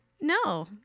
No